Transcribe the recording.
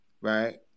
right